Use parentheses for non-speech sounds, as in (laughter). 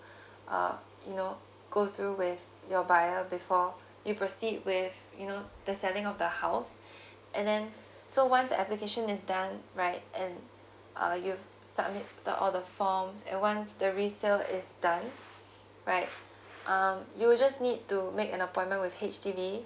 (breath) uh you know go through with your buyer before (breath) you proceed with you know the selling of the house (breath) and then (breath) so once application is done right and uh you've submitted the all the forms and once the resale is done (breath) right um you will just need to make an appointment with H_D_B